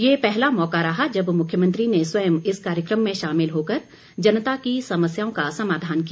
यह पहला मौका रहा जब मुख्यमंत्री ने स्वयं इस कार्यक्रम में शामिल होकर जनता की समस्याओं का समाधान किया